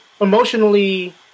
emotionally